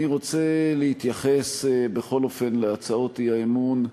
אני רוצה להתייחס בכל אופן להצעות האי-אמון,